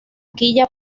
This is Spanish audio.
quilla